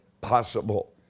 possible